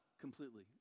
completely